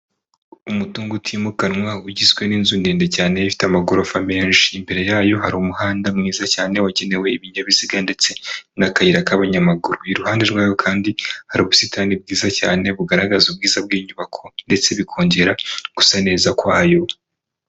Umutungo utimukanwa ugizwe n'inzu ndende cyane ifite amagoro menshi imbere yayo hari umuhanda mwiza cyane wagenewe ibinyabiziga ndetse n'akayira k'abanyamaguru, iruhande rwayo kandi hari ubusitani bwiza cyane bugaragaza ubwiza bw'inyubako ndetse bikongera gusa neza kwayo.